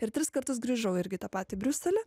ir tris kartus grįžau irgi į tą patį briuselį